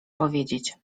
powiedzieć